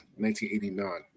1989